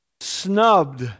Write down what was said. snubbed